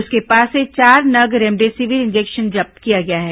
उसके पास से चार नग रेमडेसिविर इंजेक्शन जब्त किया गया है